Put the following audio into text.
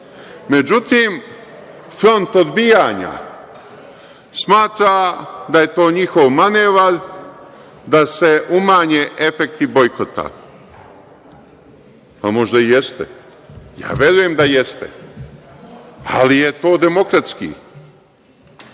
Međutim, front odbijanja smatra da je to njihov manevar, da se umanje efekti bojkota. Pa, možda i jeste. Ja verujem da jeste, ali je to demokratski.